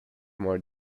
more